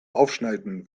aufschneiden